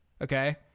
okay